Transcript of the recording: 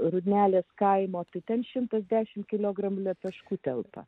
rūdelės kaimo tai ten šimtas dešimt kilogramų lietuviškų telpa